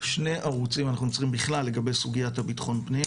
שני ערוצים אנחנו צריכים בכלל לגבי סוגיית בטחון הפנים,